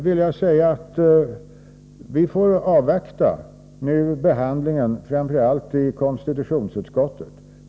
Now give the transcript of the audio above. Vi får nu avvakta behandlingen framför allt i konstitutionsutskottet.